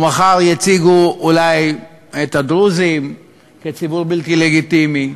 ומחר יציגו אולי את הדרוזים כציבור בלתי לגיטימי,